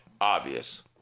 Obvious